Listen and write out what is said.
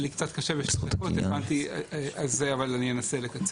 יהיה לי קצת בשתי דקות אבל אני אנסה לקצר.